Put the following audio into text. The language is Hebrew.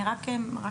אני רק מעירה.